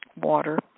water